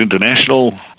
International